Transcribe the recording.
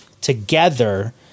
together